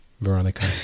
Veronica